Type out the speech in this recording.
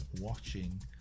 watching